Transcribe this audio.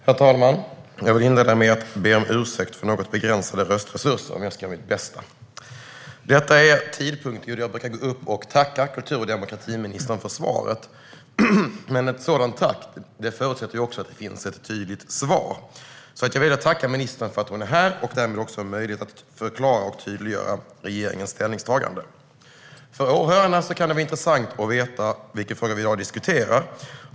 Herr talman! Jag vill inleda med att be om ursäkt för något begränsade röstresurser, men jag ska göra mitt bästa. Detta är tidpunkten då jag brukar gå upp och tacka kultur och demokratiministern för svaret, men ett sådant tack förutsätter ju också att det finns ett tydligt svar. Jag vill därför tacka ministern för att hon är här och därmed också har möjlighet att förklara och tydliggöra regeringens ställningstagande. För åhörarna kan det vara intressant att veta vilken fråga vi i dag diskuterar.